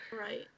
Right